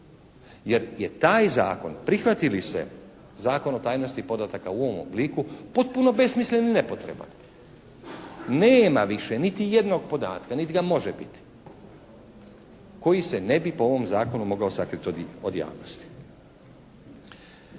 Jer je taj zakon prihvati li se Zakon o tajnosti podataka u ovom obliku potpuno besmislen i nepotreban. Nema više niti jednog podatka niti ga može biti koji se ne bi po ovom zakonu mogao sakriti od javnosti.